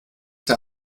der